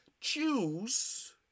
choose